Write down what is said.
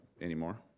anymore